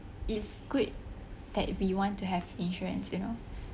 it's good that we want to have insurance you know